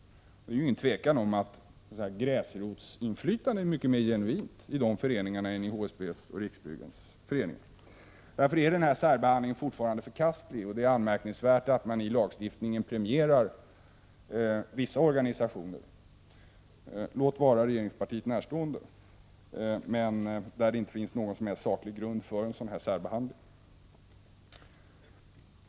Det råder inget tvivel om att gräsrotsinflytandet är mycket mer genuint i de föreningarna än i HSB:s och Riksbyggens föreningar. Därför är denna särbehandling förkastlig. Det är anmärkningsvärt att man i lagstiftningen premierar vissa organisationer — låt vara regeringspartiet närstående — när det inte inte finns någon som helst saklig grund för särbehandling.